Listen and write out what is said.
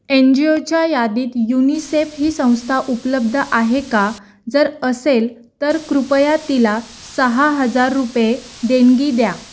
N G ओच्या यादीत UNICEF ही संस्था उपलब्ध आहे का जर असेल तर कृपया तिला सहा हजार रुपये देणगी द्या